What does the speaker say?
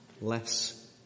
less